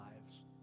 lives